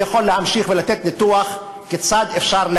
אני יכול להמשיך ולתת ניתוח כיצד אפשר,